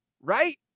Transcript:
Right